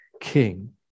king